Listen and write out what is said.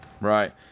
Right